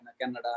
Canada